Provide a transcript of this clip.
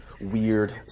Weird